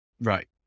right